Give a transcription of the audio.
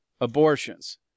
abortions